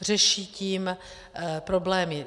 Řeší tím problémy.